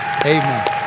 Amen